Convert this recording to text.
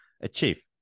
achieve